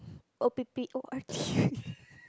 O P P O R T